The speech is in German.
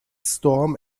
storm